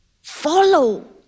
follow